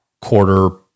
quarter